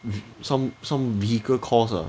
with some some vehicle course are